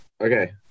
Okay